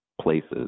places